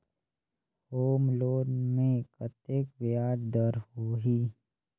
Home loan मे कतेक ब्याज दर होही?